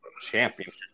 Championship